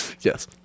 Yes